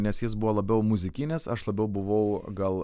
nes jis buvo labiau muzikinis aš labiau buvau gal